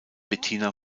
bettina